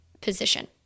position